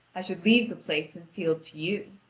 i should leave the place and field to you.